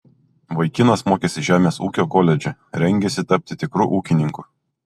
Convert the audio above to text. vaikinas mokėsi žemės ūkio koledže rengėsi tapti tikru ūkininku